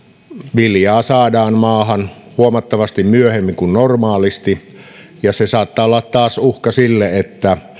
viljaa saadaan maahan huomattavasti myöhemmin kuin normaalisti ja se saattaa olla taas uhka sille että